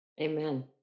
Amen